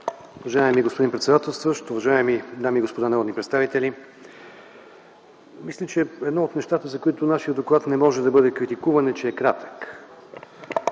Уважаеми господин председателстващ, уважаеми дами и господа народни представители! Мисля, че едно от нещата, за които нашият доклад не може да бъде критикуван, е, че е кратък.